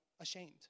ashamed